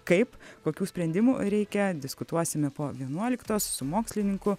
kaip kokių sprendimų reikia diskutuosime po vienuoliktos su mokslininku